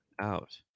out